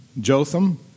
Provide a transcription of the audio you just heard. Jotham